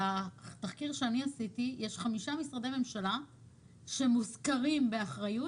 בתחקיר שעשיתי יש חמישה משרדי ממשלה שמוזכרים באחריות,